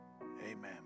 Amen